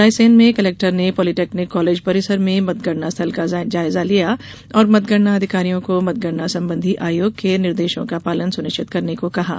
रायसेन में कलेक्टर ने polytechnic college परिसर में मतगणना स्थल का जायजा लिया और मतगणना अधिकारियों को मतगणना संबंधी आयोग के निर्देशों का पालन सुनिश्चित करने को कहा है